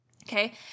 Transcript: Okay